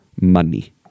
money